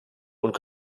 und